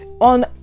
on